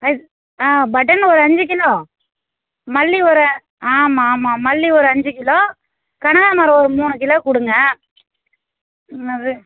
அது பட்டன் ஒரு அஞ்சு கிலோ மல்லி ஒரு ஆமாம் ஆமாம் மல்லி ஒரு அஞ்சு கிலோ கனகாம்ரம் ஒரு மூணு கிலோ கொடுங்க ம் அது